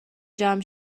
جمع